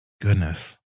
goodness